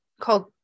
called